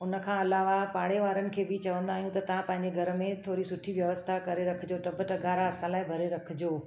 उन खां अलावा पाड़े वारनि खे बि चवंदा आहियूं त ता पंहिंजे घर में थोरी सुठी व्यवस्था करे रखिजो टब तगारा असां लाइ भरे रखिजो